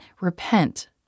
repent